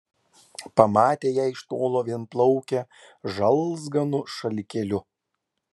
pamatė ją iš tolo vienplaukę žalzganu šalikėliu